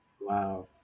wow